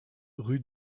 rue